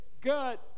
Good